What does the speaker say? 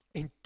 en